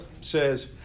says